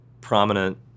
prominent